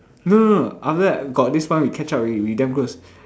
no no no after that got this one we catch up already we damn close